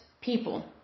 people